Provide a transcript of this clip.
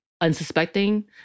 unsuspecting